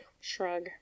Shrug